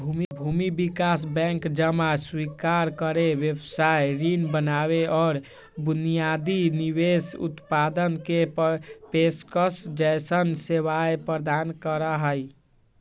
भूमि विकास बैंक जमा स्वीकार करे, व्यवसाय ऋण बनावे और बुनियादी निवेश उत्पादन के पेशकश जैसन सेवाएं प्रदान करा हई